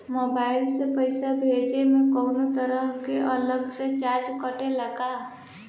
Mobile से पैसा भेजे मे कौनों तरह के अलग से चार्ज कटेला का?